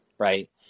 Right